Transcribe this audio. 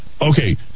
Okay